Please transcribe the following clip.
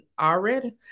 already